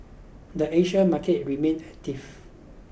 the Asian market remained active